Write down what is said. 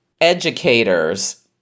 educators